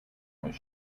was